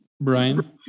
Brian